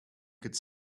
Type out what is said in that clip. could